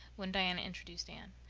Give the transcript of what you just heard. when diana introduced anne.